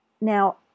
Now